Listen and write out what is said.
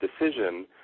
decision –